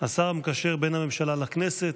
השר המקשר בין הממשלה לכנסת,